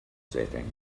setting